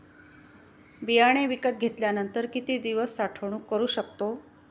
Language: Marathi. बियाणे विकत घेतल्यानंतर किती दिवस साठवणूक करू शकतो?